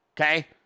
Okay